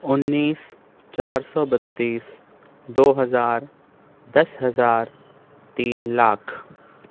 انیس چار سو بتیس دو ہزار دس ہزار تین لاکھ